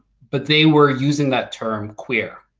but they were using that term queer,